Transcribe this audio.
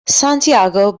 santiago